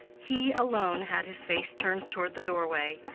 he alone had his face turned toward the doorway,